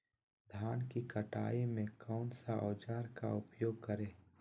धान की कटाई में कौन सा औजार का उपयोग करे?